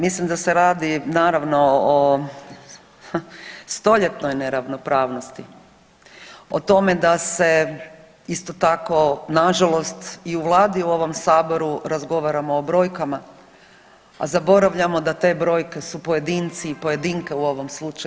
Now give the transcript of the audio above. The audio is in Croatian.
Mislim da se radi naravno o stoljetnoj neravnopravnosti, o tome da se isto tako na žalost i u Vladi i u ovom Saboru razgovaramo o brojkama a zaboravljamo da te brojke su pojedinci i pojedinke u ovom slučaju.